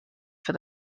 for